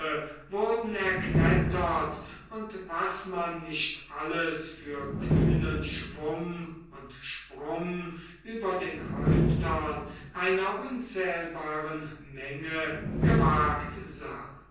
wurden erklettert und was man nicht alles für kühnen schwung und sprung über den häuptern einer unzählbaren menge gewagt sah